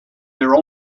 their